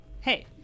Hey